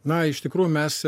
na iš tikrųjų mes